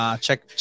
Check